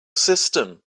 system